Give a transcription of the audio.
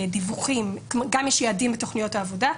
יש יעדים בתכניות העבודה,